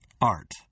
art